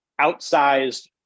outsized